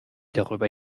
darüber